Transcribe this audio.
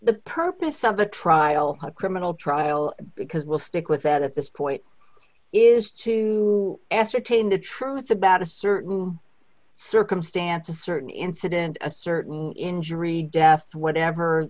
the purpose of the trial of criminal trial because we'll stick with that at this point is to ascertain the truth about a certain circumstances certain incident a certain injury death whatever